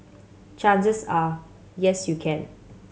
chances are yes you can